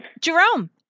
Jerome